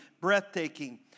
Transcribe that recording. breathtaking